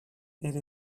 elle